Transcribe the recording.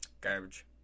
Garbage